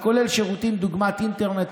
הכולל שירותים דוגמת אינטרנט,